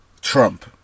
Trump